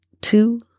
two